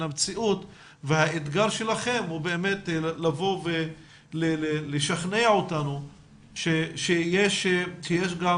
המציאות והאתגר שלכם הוא באמת לבוא ולשכנע אותנו שיש גם